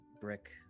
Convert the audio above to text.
Brick